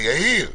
יאיר,